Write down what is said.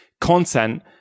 content